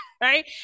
right